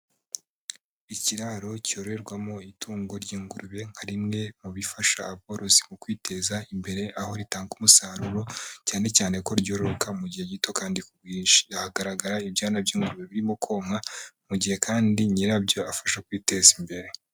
Ikiraro cyororerwamo itungo ry'ingurube nka rimwe mu bifasha aborozi mu kwiteza imbere, aho ritanga umusaruro, cyane cyane ko ryororoka mu gihe gito kandi ku bwinshi, aha hagaragara ibyana byombi birimo konka, mu gihe kandi nyirabyo afasha kwiteza imbere.